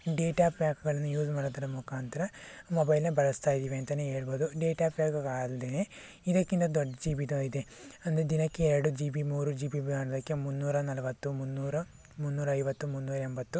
data ಪ್ಯಾಕ್ಗಳನ್ನು use ಮಾಡುದರ ಮುಖಾಂತರ ಮೊಬೈಲನ್ನ ಬಳಸ್ತಾ ಇದ್ದೀವಿ ಅಂತಾನೇ ಹೇಳ್ಬೋದು ಡೇಟಾ ಪ್ಯಾಕ್ ಅಲ್ದೇನೆ ಇದಕ್ಕಿಂತ ದೊಡ್ಡ ಜಿ ಬಿದೂ ಇದೆ ಅಂದರೆ ದಿನಕ್ಕೆ ಎರಡು ಜಿ ಬಿ ಮೂರು ಜಿ ಬಿ ಮಾಡೋದಕ್ಕೆ ಮುನ್ನೂರ ನಲವತ್ತು ಮುನ್ನೂರ ಮುನ್ನೂರೈವತ್ತು ಮುನ್ನೂರೆಂಬತ್ತು